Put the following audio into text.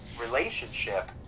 relationship